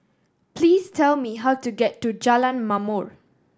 please tell me how to get to Jalan Ma'mor